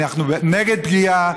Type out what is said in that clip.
אנחנו נגד פגיעה.